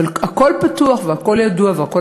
הכול פתוח והכול ידוע והכול,